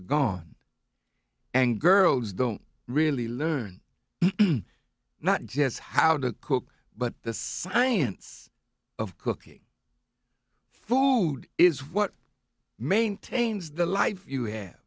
are gone and girls don't really learn not just how to cook but the science of cooking food is what maintains the life you have